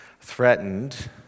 threatened